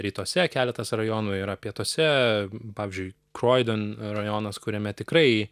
rytuose keletas rajonų yra pietuose pavyzdžiui kroiden rajonas kuriame tikrai